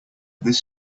this